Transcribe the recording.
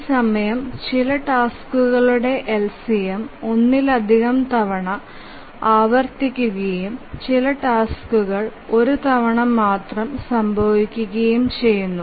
ഈ സമയത്ത് ചില ടാസ്ക്കുകളുടെ LCM ഒന്നിലധികം തവണ ആവർത്തിക്കുകയും ചില ടാസ്ക്കുകൾ ഒരു തവണ മാത്രം സംഭവിക്കുകയും ചെയുന്നു